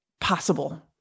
possible